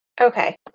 Okay